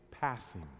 passing